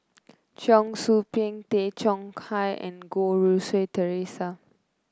Cheong Soo Pieng Tay Chong Hai and Goh Rui Si Theresa